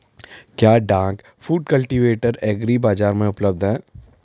क्या duck foot cultivator agri बाज़ार में उपलब्ध है?